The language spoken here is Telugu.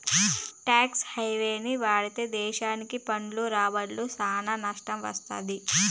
టాక్స్ హెవెన్ని వాడితే దేశాలకి పన్ను రాబడ్ల సానా నట్టం వత్తది